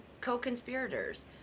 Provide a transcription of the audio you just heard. co-conspirators